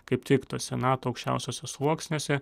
kaip tik to senato aukščiausiuose sluoksniuose